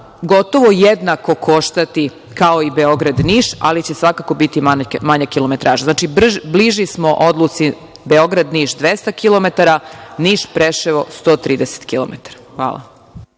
gotovo jednako koštati kao i Beograd-Niš, ali će svakako biti manja kilometraža. Znači, bliži smo odluci Beograd-Niš 200 kilometara, Niš-Preševo 130 kilometara. Hvala.